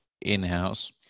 in-house